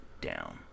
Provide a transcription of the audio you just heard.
down